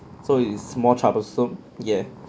so it's more troublesome yeah